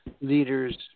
leaders